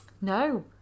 no